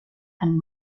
and